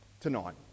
tonight